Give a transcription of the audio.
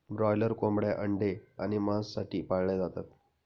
broiler कोंबड्या अंडे आणि मांस साठी पाळल्या जातात